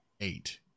eight